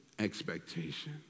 Expectation